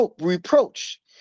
reproach